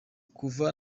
kuva